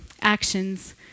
actions